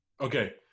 Okay